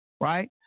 Right